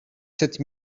sept